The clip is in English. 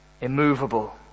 immovable